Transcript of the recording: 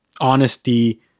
honesty